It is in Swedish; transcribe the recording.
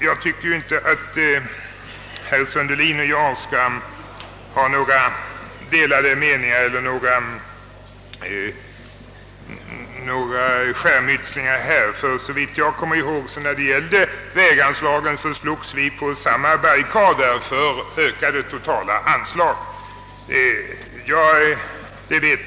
Jag tycker inte att herr Sundelin och jag skall ha några skärmytslingar i denna fråga. Såvitt jag kommer ihåg slogs vi på samma barrikader för ökade totala anslag till vägarna.